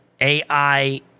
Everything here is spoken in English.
AI